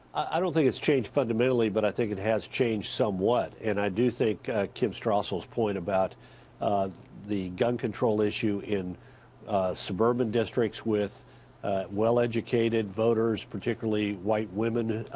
i don't think it's changed fun mentally but i think it has changed somewhat and i do think kim strassel's point about the gun control issue in suburban districts with well-educated voters particularly white women,